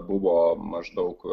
buvo maždaug